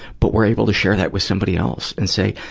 but we're able to share that with somebody else and say,